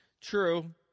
True